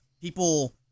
people